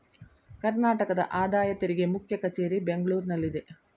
ಕರ್ನಾಟಕದ ಆದಾಯ ತೆರಿಗೆ ಮುಖ್ಯ ಕಚೇರಿ ಬೆಂಗಳೂರಿನಲ್ಲಿದೆ